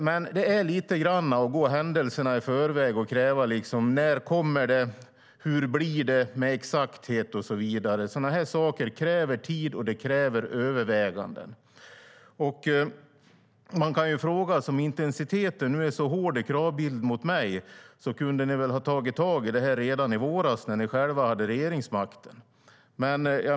Men det är lite grann att gå händelserna i förväg att kräva besked om när det kommer, hur det blir med exakthet och så vidare. Sådana här saker kräver tid och överväganden. Om nu intensiteten i kraven på mig är så stark kunde ni väl ha tagit tag i det här redan i våras när ni själva hade regeringsmakten?